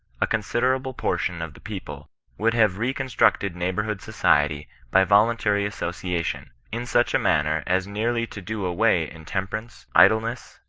a considerable portion of the people would have reconstructed neighbourhood society by vo luntary association, in such a manner as nearly to do away intemperance, idleness,